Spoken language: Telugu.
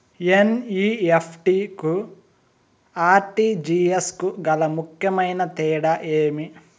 ఎన్.ఇ.ఎఫ్.టి కు ఆర్.టి.జి.ఎస్ కు గల ముఖ్యమైన తేడా ఏమి?